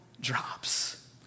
drops